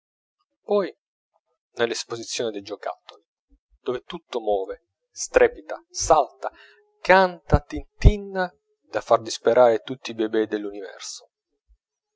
poi nell'esposizione dei giocattoli dove tutto move strepita salta canta tintinna da far disperare tutti i bebés dell'universo